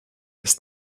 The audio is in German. ist